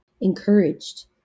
encouraged